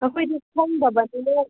ꯑꯩꯈꯣꯏꯗꯤ ꯈꯪꯗꯕꯅꯤꯅ